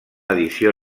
edició